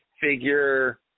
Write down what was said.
figure